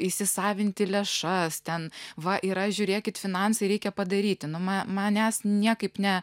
įsisavinti lėšas ten va yra žiūrėkit finansai reikia padaryti nu manęs niekaip ne